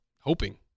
hoping